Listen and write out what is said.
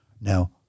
Now